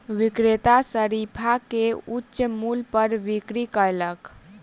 विक्रेता शरीफा के उच्च मूल्य पर बिक्री कयलक